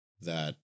that-